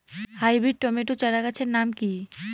Hybrid tomato চারাগাছের নাম কি?